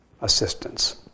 assistance